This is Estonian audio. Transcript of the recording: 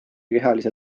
kehalise